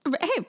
Hey